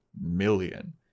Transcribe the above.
million